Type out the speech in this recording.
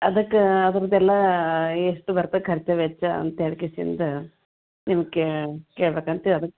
ಅದಕ್ಕೆ ಅದ್ರದ್ದೆಲ್ಲ ಎಷ್ಟು ಬರ್ತವೆ ಖರ್ಚು ವೆಚ್ಚ ಅಂತ ಎರ್ಡ್ಕಿಸಿಂದ ನಿಮ್ಮ ಕೇಳ್ಬೇಕಂತ ಕ್ಯಾಳ್ದೆ